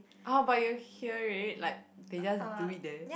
ah but you'll hear it like they just do it there